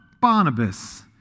Barnabas